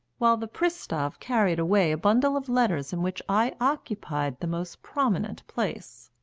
while the pristav carried away a bundle of letters in which i occupied the most prominent place.